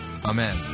Amen